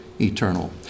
eternal